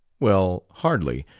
well, hardly.